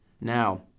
Now